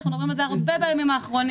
אנחנו מדברים על זה הרבה בימים האחרונים,